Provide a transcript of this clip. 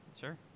Sure